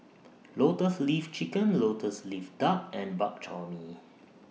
Lotus Leaf Chicken Lotus Leaf Duck and Bak Chor Mee